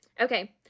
Okay